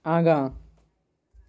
आगाँ